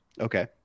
Okay